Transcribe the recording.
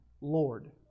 Lord